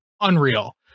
unreal